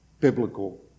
Biblical